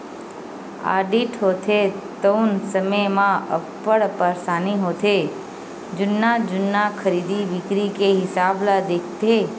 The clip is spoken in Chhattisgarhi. आडिट होथे तउन समे म अब्बड़ परसानी होथे जुन्ना जुन्ना खरीदी बिक्री के हिसाब ल देखथे